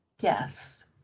Yes